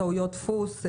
טעויות דפוס,